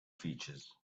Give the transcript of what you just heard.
features